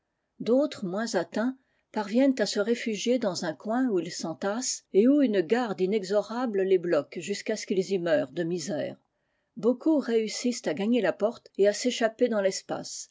d'autres moins atteints parviennent à se réfugier dans un coin où ils s'entassent et ofi une garde inexorable les bloque jusqu'à ce qu'ils y meurent de misère beaucoup réussissent à gagner la porte et à s'échapper dans l'espace